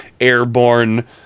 airborne